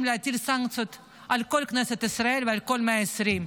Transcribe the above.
להטיל סנקציות על כל כנסת ישראל ועל כל 120 חבריה,